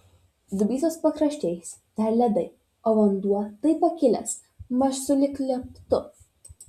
dubysos pakraščiais dar ledai o vanduo taip pakilęs maž sulig lieptu